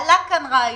העלית רעיון,